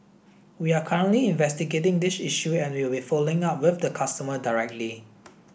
we are currently investigating this issue and we will be following up with the customer directly